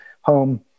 home